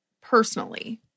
personally